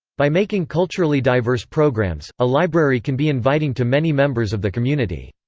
by making culturally diverse programs, a library can be inviting to many members of the community.